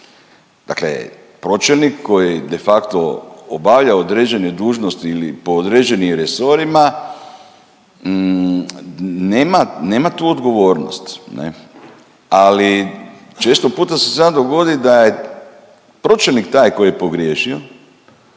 Dakle, pročelnik koji de facto obavlja određene dužnosti ili po određenim resorima nema tu odgovornost ne, ali često puta se zna dogodit da je pročelnik taj koji je pogriješio,